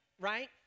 right